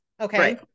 Okay